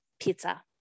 pizza